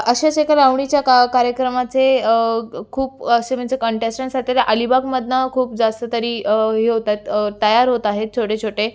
असेच एका लावणीच्या का कार्यक्रमाचे खूप असे म्हणजे कंटेस्टन्स आहेत त्याला अलीबागमधून खूप जास्त तरी हे होत आहेत तयार होत आहेत छोटे छोटे